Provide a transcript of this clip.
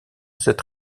cette